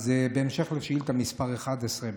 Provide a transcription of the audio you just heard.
בהמשך לשאילתה מס' 11,